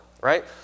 right